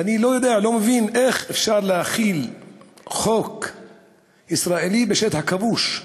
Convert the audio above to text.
ואני לא מבין איך אפשר להחיל חוק ישראלי בשטח כבוש,